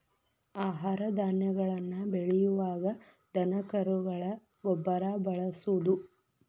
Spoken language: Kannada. ಆಹಾರ ಧಾನ್ಯಗಳನ್ನ ಬೆಳಿಯುವಾಗ ದನಕರುಗಳ ಗೊಬ್ಬರಾ ಬಳಸುದು